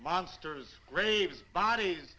monsters graves bodies